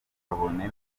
kabone